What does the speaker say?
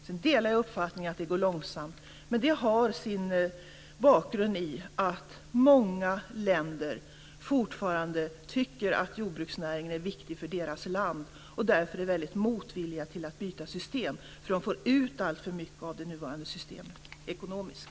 Sedan delar jag uppfattningen att det går långsamt, men det har sin bakgrund i att många länder fortfarande tycker att jordbruksnäringen är viktig för dem och därför är väldigt motvilliga att byta system. De får ut alltför mycket ekonomiskt av det nuvarande systemet.